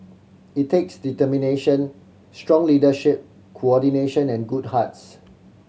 it takes determination strong leadership coordination and good hearts